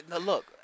look